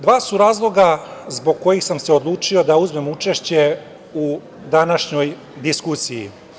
Dva su razloga zbog kojih sam se odlučio da uzmem učešće u današnjoj diskusiji.